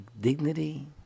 Dignity